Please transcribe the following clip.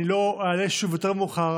אני לא אעלה שוב יותר מאוחר,